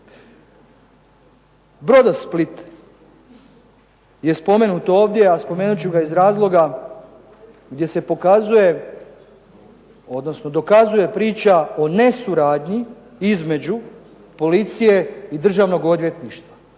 "Brodosplit" je spomenut ovdje, a spomenut ću ga iz razloga gdje se dokazuje priča o nesuradnji između policije i Državnog odvjetništva